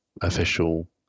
official